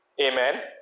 Amen